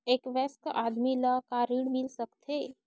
एक वयस्क आदमी ल का ऋण मिल सकथे?